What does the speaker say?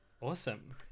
Awesome